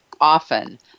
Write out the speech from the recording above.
often